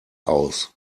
aus